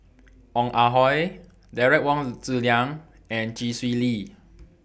Ong Ah Hoi Derek Wong Zi Liang and Chee Swee Lee